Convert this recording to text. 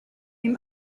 ihm